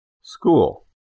School